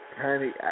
Honey